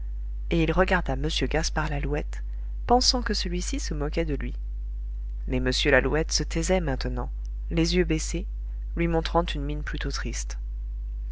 et il regarda m gaspard lalouette pensant que celui-ci se moquait de lui mais m lalouette se taisait maintenant les yeux baissés lui montrant une mine plutôt triste